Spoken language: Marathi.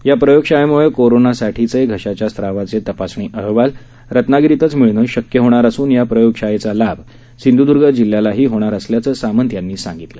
या प्रयोगशाळेमुळे कोरोनासाठीचे घशाच्या स्त्रावाचे तपासणी अहवाल रत्नागिरीतच मिळणं शक्य होणार असून या प्रयोगशाळेचा लाभ सिंधूदर्ग जिल्ह्यालाही मिळणार आहे असही सामंत यांनी स्पष्ट केलं